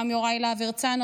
גם יוראי להב הרצנו,